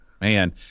man